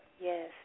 Yes